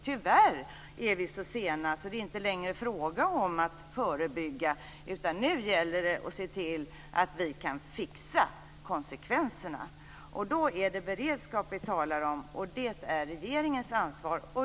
Tyvärr är vi så sena att det inte längre är fråga om att förebygga, utan nu gäller det att se till att vi kan fixa konsekvenserna. Då är det beredskap vi talar om, och det är regeringens ansvar.